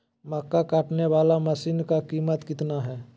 मक्का कटने बाला मसीन का कीमत कितना है?